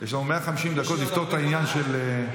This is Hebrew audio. יש לנו 150 דקות לפתור את העניין של,